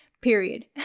period